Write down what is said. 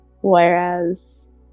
whereas